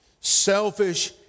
selfish